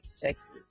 Texas